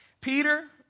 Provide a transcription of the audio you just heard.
Peter